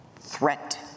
threat